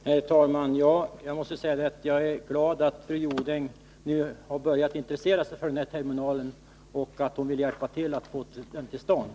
Herr talman! Jag måste säga att jag är glad att fru Jonäng nu har börjat intressera sig för den här terminalen och att hon vill hjälpa till att få den till stånd.